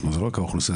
זה לא רק האוכלוסייה,